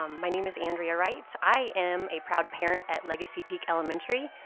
um my name is andrea wright. i am a proud parent at legacy peak elementary.